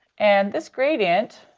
and this gradient,